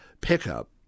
pickup